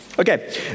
Okay